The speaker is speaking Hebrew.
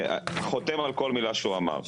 אני חותם על כל מילה שהוא אמר.